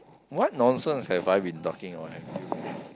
what nonsense have I been talking on a few